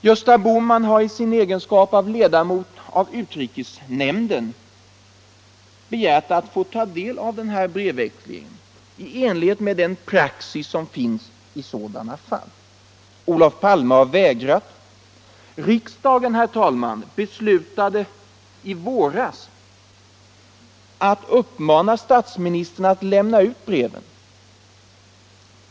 Gösta Bohman har i sin egenskap av ledamot av utrikesnämnden begärt att få ta del av den här brevväxlingen i enlighet med den praxis som finns i sådana fall. Olof Palme har vägrat. Riksdagen beslutade förra våren att uppmana statsministern att lämna ut breven.